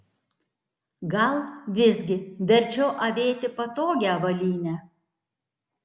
gal visgi verčiau avėti patogią avalynę